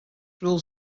rules